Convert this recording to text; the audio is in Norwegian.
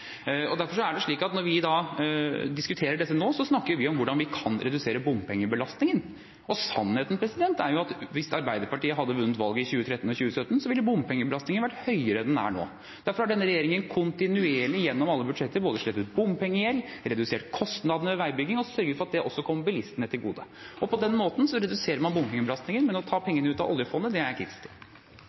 nå. Derfor har denne regjeringen kontinuerlig gjennom alle budsjetter både slettet bompengegjeld, redusert kostnadene ved veibygging og sørget for at det også kommer bilistene til gode. På den måten reduserer man bompengebelastningen, men å ta pengene ut av oljefondet, det er jeg